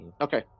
okay